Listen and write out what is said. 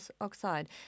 oxide